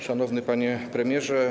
Szanowny Panie Premierze!